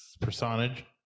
personage